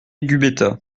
gubetta